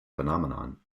phenomenon